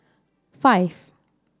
five